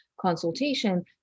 consultation